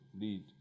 lead